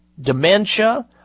dementia